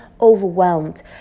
overwhelmed